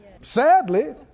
Sadly